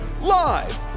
live